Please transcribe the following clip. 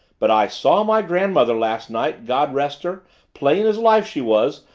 but i saw my grandmother last night, god rest her plain as life she was,